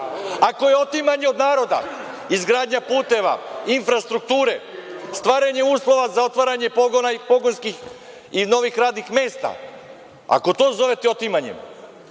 je otimanje od naroda izgradnja puteva, infrastrukture, stvaranje uslova za otvaranje pogona i pogonskih i novih radnih mesta, ako to zovete otimanje,